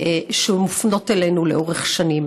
שמופנות כלפינו לאורך שנים.